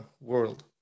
world